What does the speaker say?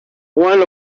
one